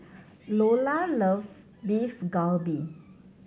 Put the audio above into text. Lolla love Beef Galbi